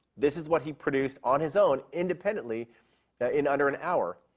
this is what he produced, on his own independently in under an hour.